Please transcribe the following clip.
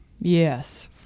Yes